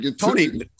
Tony